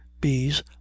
Bees